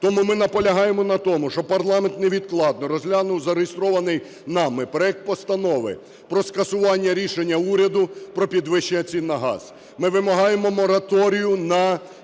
Тому ми наполягаємо на тому, щоб парламент невідкладно розглянув зареєстрований нами проект Постанови про скасування рішення уряду про підвищення цін на газ. Ми вимагаємо мораторію на